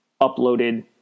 uploaded